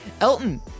Elton